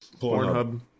Pornhub